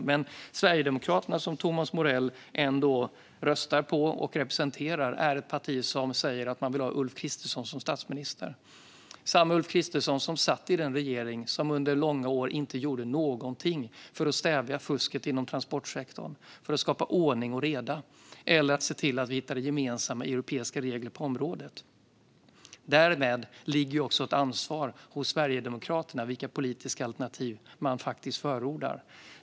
Men Sverigedemokraterna som Thomas Morell ändå röstar på och representerar är ett parti som säger att man vill ha Ulf Kristersson som statsminister. Det är samma Ulf Kristersson som satt i den regering som under långa år inte gjorde någonting för att stävja fusket inom transportsektorn, för att skapa ordning och reda eller för att se till att vi hittar gemensamma europeiska regler på området. Därmed ligger också ett ansvar hos Sverigedemokraterna för vilket politiskt alternativ som man faktiskt förordar.